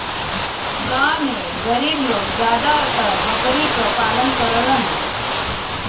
गांव में गरीब लोग जादातर बकरी क पालन करलन